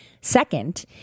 Second